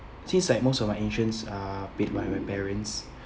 since like most of my insurance are paid by my parents